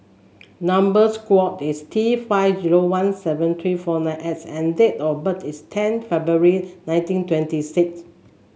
number square is T five zero one seven three four nine X and date of birth is ten February nineteen twenty six